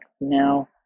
now